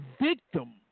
victim